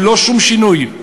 ללא שום שינוי,